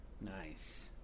Nice